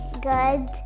Good